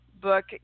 book